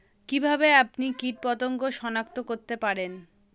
কিভাবে আপনি কীটপতঙ্গ সনাক্ত করতে পারেন?